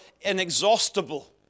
inexhaustible